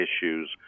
issues